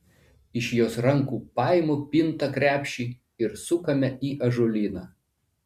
iš jos rankų paimu pintą krepšį ir sukame į ąžuolyną